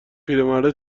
پیرمرده